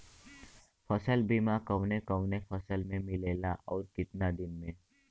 फ़सल बीमा कवने कवने फसल में मिलेला अउर कितना दिन में?